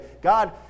God